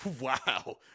Wow